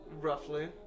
Roughly